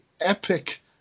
epic